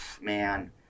man